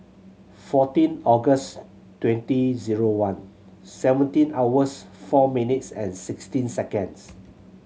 fourteen August twenty zero one seventeen hours four minutes and sixteen seconds